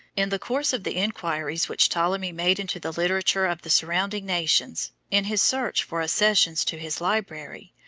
in the course of the inquiries which ptolemy made into the literature of the surrounding nations, in his search for accessions to his library,